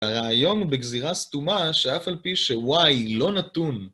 הרעיון בגזירה סתומה שאף על פי ש-Y לא נתון